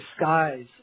skies